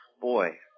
boy